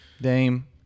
Dame